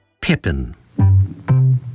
Pippin